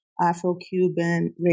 Afro-Cuban